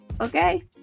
Okay